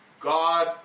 God